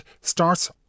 starts